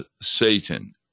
Satan